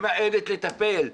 ממאנת לטפל.